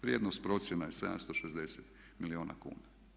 Vrijednost procjena je 760 milijuna kuna.